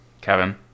Kevin